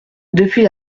depuis